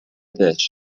dish